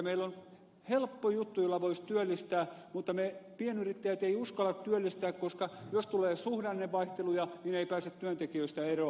meillä on helppo juttu jolla voisi työllistää mutta pienyrittäjät eivät uskalla työllistää koska jos tulee suhdannevaihteluja niin ei pääse työntekijöistä eroon